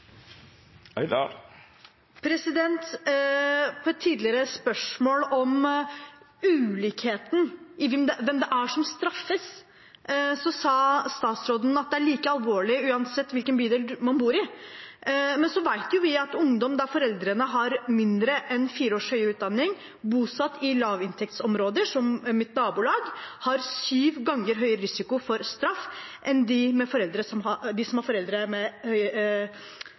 På et tidligere spørsmål om ulikheten – hvem det er som straffes – sa statsråden at det er like alvorlig uansett hvilken bydel man bor i. Men vi vet jo at ungdom som har foreldre med mindre enn fire års høyere utdanning, bosatt i lavinntektsområder, som mitt nabolag, har syv ganger høyere risiko for straff enn dem med foreldre som har